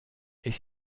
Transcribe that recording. est